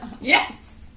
Yes